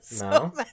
No